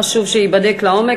חשוב שייבדק לעומק.